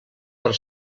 per